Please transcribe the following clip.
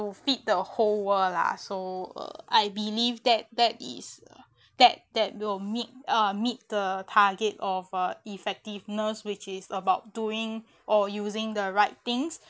feed the whole world lah so I believe that that is that that will meet meet the target of a effectiveness which is about doing or using the right things